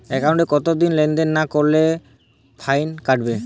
একাউন্টে কতদিন লেনদেন না করলে ফাইন কাটবে?